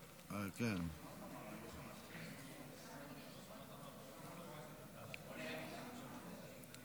כספים מישראל על ידי מסתנן או נתין זר או